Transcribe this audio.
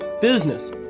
business